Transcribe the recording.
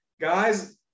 guys